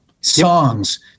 songs